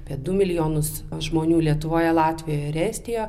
apie du milijonus žmonių lietuvoje latvijoje ir estijoje